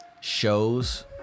shows